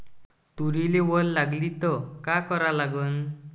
तुरीले वल लागली त का करा लागन?